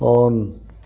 on